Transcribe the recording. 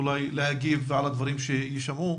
אולי להגיב על הדברים שיישמעו.